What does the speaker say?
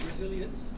resilience